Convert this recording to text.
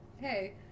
hey